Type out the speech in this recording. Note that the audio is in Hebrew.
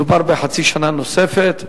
מדובר בחצי שנה נוספת,